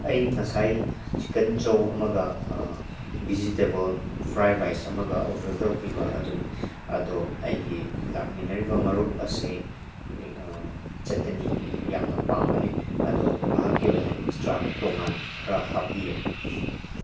ꯑꯩ ꯉꯁꯥꯏ chicken chow ꯑꯃꯒ ꯚꯤꯖꯤꯇꯦꯕꯜ ꯐ꯭ꯔꯥꯏ ꯔꯥꯏꯁ ꯑꯃꯒ ꯑꯣꯔꯗꯔ ꯇꯧꯈꯤꯕ ꯑꯗꯨꯅꯤ ꯑꯗꯣ ꯑꯩꯒꯤ ꯂꯥꯛꯃꯤꯟꯅꯔꯤꯕ ꯃꯔꯨꯞ ꯑꯁꯦ ꯆꯠꯇꯅꯤ ꯌꯥꯝꯅ ꯄꯥꯝꯕꯅꯤ ꯑꯗꯣ ꯃꯍꯥꯛꯀꯤ ꯑꯣꯏꯅ ꯑꯦꯛꯁꯇ꯭ꯔꯥ ꯇꯣꯡꯉꯥꯟꯅ ꯈꯔ ꯍꯥꯞꯄꯤꯌꯣ